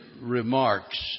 remarks